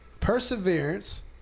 perseverance